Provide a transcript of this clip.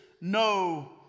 no